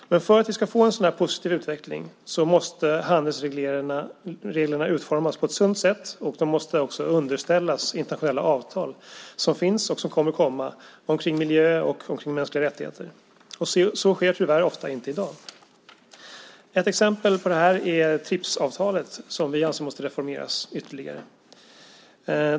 Men för att vi ska få en sådan positiv utveckling måste handelsreglerna utformas på ett sunt sätt, och de måste också underställas de internationella avtal som finns och som kommer om miljö och mänskliga rättigheter. Så sker tyvärr ofta inte i dag. Ett exempel på det här är TRIPS-avtalet, som vi anser måste reformeras ytterligare.